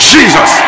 Jesus